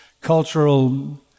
cultural